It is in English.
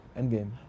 Endgame